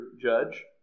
judge